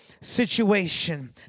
situation